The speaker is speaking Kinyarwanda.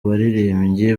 baririmbyi